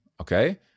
okay